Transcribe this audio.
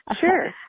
Sure